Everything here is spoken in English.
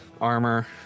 armor